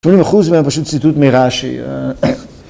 80% מהם פשוט ציטוט מרש"י.